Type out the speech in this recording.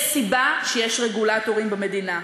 יש סיבה שיש רגולטורים במדינה.